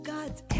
God's